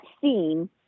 scene